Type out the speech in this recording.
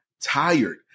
tired